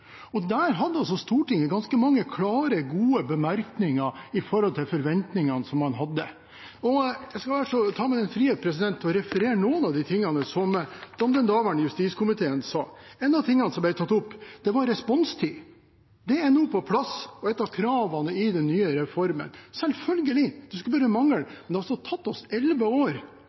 Der hadde Stortinget ganske mange klare, gode bemerkninger med tanke på forventningene man hadde. Jeg tar meg den frihet å referere noen av de tingene som den daværende justiskomiteen sa. En av de tingene som ble tatt opp, var responstid. Det er nå på plass og er ett av kravene i den nye reformen – selvfølgelig, det skulle bare mangle! Men det har altså tatt oss elleve år